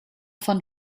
von